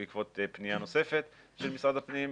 בעקבות פנייה נוספת של משרד הפנים,